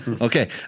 Okay